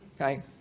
Okay